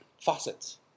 Faucets